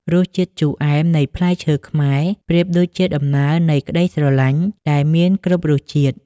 រសជាតិជូរអែមនៃផ្លែឈើខ្មែរ ប្រៀបដូចជាដំណើរនៃក្តីស្រឡាញ់ដែលមានគ្រប់រសជាតិ។